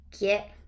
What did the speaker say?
get